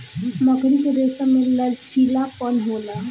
मकड़ी के रेसम में लचीलापन होला